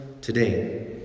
today